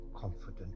confident